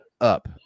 up